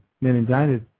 meningitis